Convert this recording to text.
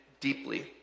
deeply